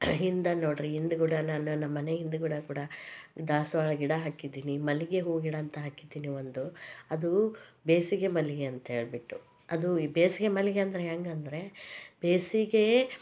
ಹಿಂದೆ ನೋಡಿರಿ ಹಿಂದೆಕೂಡ ನಾನು ನಮ್ಮಮನೆ ಹಿಂದುಗಡೆ ಕೂಡ ದಾಸವಾಳ ಗಿಡ ಹಾಕಿದೀನಿ ಮಲ್ಲಿಗೆ ಹೂವು ಗಿಡ ಅಂತ ಹಾಕಿದೀನಿ ಒಂದು ಅದು ಬೇಸಿಗೆ ಮಲ್ಲಿಗೆ ಅಂತೇಳ್ಬಿಟ್ಟು ಅದು ಬೇಸಿಗೆ ಮಲ್ಲಿಗೆ ಅಂದರೆ ಹೇಗಂದ್ರೆ ಬೇಸಿಗೆ